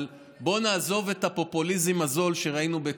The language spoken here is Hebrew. אבל בואו נעזוב את הפופוליזם הזול שראינו,